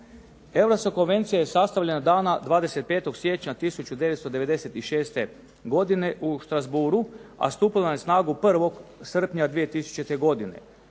Europska konvencija je sastavljena dana 25. siječnja 1996. godine u Strasbourgu, a stupila je na snagu 1. srpnja 2000. godine.